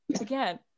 Again